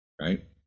right